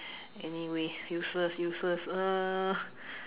anyway useless useless err